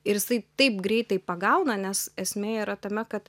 ir jisai taip greitai pagauna nes esmė yra tame kad